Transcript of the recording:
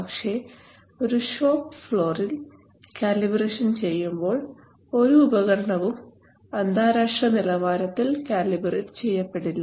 പക്ഷേ ഒരു ഷോപ്പ് ഫ്ലോറിൽ കാലിബ്രേഷൻ ചെയ്യുമ്പോൾ ഒരു ഉപകരണവും അന്താരാഷ്ട്ര നിലവാരത്തിൽ കാലിബ്രേറ്റ് ചെയ്യപ്പെടില്ല